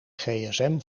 gsm